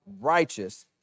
righteous